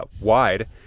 wide